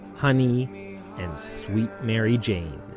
honey and sweet mary jane.